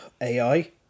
AI